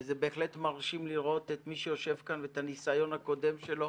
וזה בהחלט מרשים לראות את מי שיושב כאן ואת הניסיון הקודם שלו